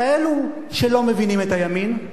כאלה שלא מבינים את הימין,